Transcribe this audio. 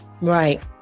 right